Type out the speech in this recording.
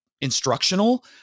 instructional